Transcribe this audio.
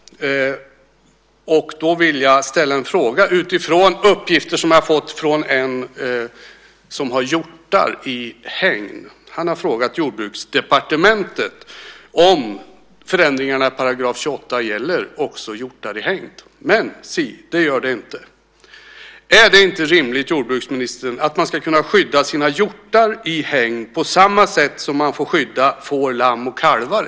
Då vill jag ställa en fråga utifrån uppgifter som jag har fått från en som har hjortar i hägn. Han har frågat Jordbruksdepartementet om förändringarna i § 28 också gäller hjortar i hägn. Men si, det gör det inte. Är det inte rimligt, jordbruksministern, att man ska kunna skydda sina hjortar i hägn på samma sätt som man får skydda exempelvis får, lamm och kalvar?